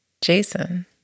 Jason